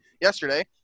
yesterday